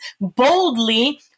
boldly